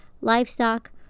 livestock